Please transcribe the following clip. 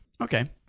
Okay